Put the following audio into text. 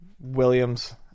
Williams